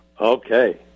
Okay